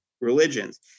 religions